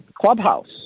clubhouse